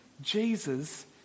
Jesus